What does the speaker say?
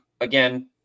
Again